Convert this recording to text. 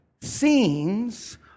scenes